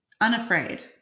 unafraid